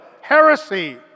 Heresy